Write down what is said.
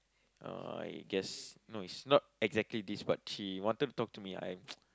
I guess no it's not exactly this but she wanted to talk to me I